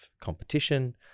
competition